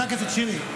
חבר הכנסת שירי,